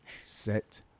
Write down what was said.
set